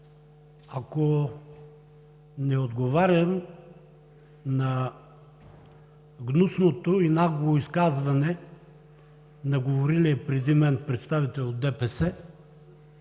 ако не отговарям на гнусното и нагло изказване на говорилия преди мен представител от ДПС,